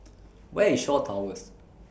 Where IS Shaw Towers